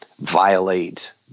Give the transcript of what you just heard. violate